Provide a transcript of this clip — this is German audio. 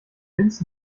linz